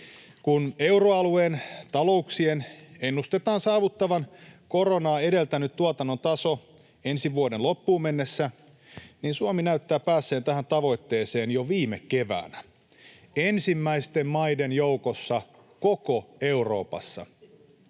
Kun euroalueen talouksien ennustetaan saavuttavan koronaa edeltänyt tuotannon taso ensi vuoden loppuun mennessä, niin Suomi näyttää päässeen tähän tavoitteeseen jo viime keväänä, ensimmäisten maiden joukossa koko Euroopassa.